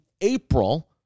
April